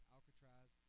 Alcatraz